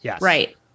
Right